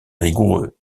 rigoureux